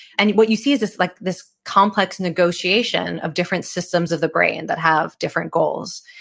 and what you see is this like this complex negotiation of different systems of the brain that have different goals.